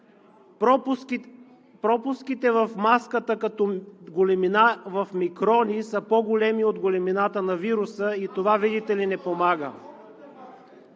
пропуските в маската като големина в микрони са по-големи от големината на вируса и това, видите ли, не помага.